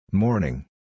morning